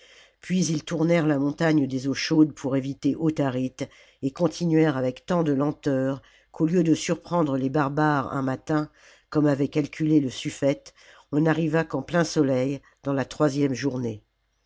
puis ils tournèrent la montagne des eaux chaudes pour éviter autharite et continuèrent avec tant de lenteur qu'au lieu de surprendre les barbares un matin comme avait calculé le suffète on n'arriva qu'en plein soleil dans la troisième journée